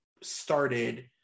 started